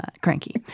cranky